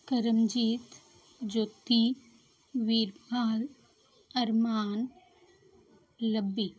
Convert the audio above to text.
Karamjit Jyoti Veerpal Arman Labbi